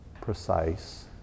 precise